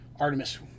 Artemis